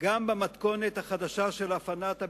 גם במתכונת החדשה של הפעלת הבניין,